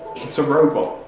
it's a robot.